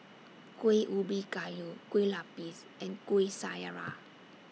Kueh Ubi Kayu Kueh Lapis and Kuih Syara